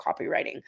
copywriting